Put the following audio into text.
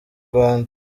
rwanda